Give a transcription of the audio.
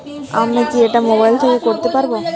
আমি কি এটা মোবাইল থেকে করতে পারবো?